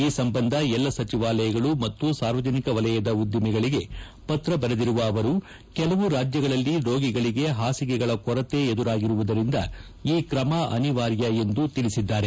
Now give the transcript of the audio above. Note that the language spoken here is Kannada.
ಈ ಸಂಬಂಧ ಎಲ್ಲ ಸಚಿವಾಲಯಗಳು ಮತ್ತು ಸಾರ್ವಜನಿಕ ವಲಯದ ಉದ್ದಿಮೆಗಳಿಗೆ ಪತ್ರ ಬರೆದಿರುವ ಅವರು ಕೆಲವು ರಾಜ್ಲಗಳಲ್ಲಿ ರೋಗಿಗಳಿಗೆ ಹಾಸಿಗೆಗಳ ಕೊರತೆ ಎದುರಾಗಿರುವುದರಿಂದ ಈ ಕ್ರಮ ಅನಿವಾರ್ಯ ಎಂದು ತಿಳಿಸಿದ್ದಾರೆ